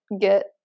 get